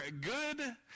good